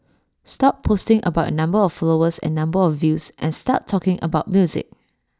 stop posting about your number of followers and number of views and start talking about music